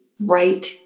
right